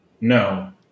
No